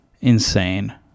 insane